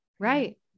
Right